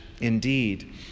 Indeed